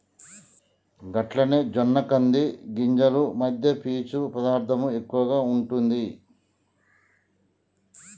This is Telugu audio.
గట్లనే జొన్న కంది గింజలు మధ్య పీచు పదార్థం ఎక్కువగా ఉంటుంది